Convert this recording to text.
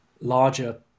larger